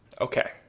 okay